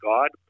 God